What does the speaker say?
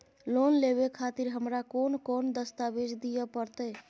Loan लेवे खातिर हमरा कोन कौन दस्तावेज दिय परतै?